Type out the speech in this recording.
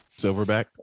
Silverback